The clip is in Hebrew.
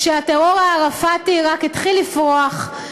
כשהטרור הערפאתי רק התחיל לפרוח,